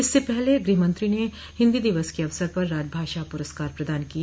इससे पहले गृहमंत्री ने हिन्दी दिवस के अवसर पर राजभाषा प्रस्कार प्रदान किए